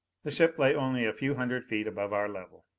the ship lay only a few hundred feet above our level.